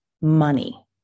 money